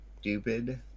stupid